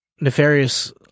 nefarious